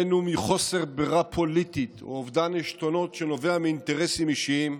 אם מחוסר ברירה פוליטית ואם מאובדן עשתונות שנובע מאינטרסים אישיים,